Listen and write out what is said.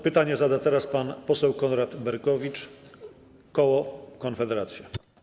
Pytanie zada teraz pan poseł Konrad Berkowicz, koło Konfederacja.